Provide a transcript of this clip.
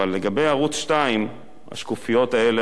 אבל לגבי ערוץ-2 השקופיות האלה,